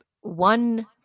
one